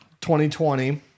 2020